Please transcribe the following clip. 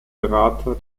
berater